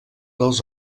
dels